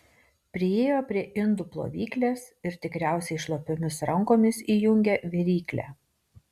priėjo prie indų plovyklės ir tikriausiai šlapiomis rankomis įjungė viryklę